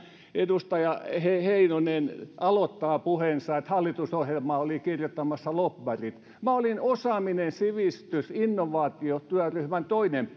edustaja heinonen aloittaa puheensa että hallitusohjelmaa olivat kirjoittamassa lobbarit minä olin osaaminen sivistys ja innovaatiot työryhmän toinen